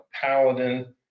Paladin